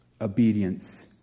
obedience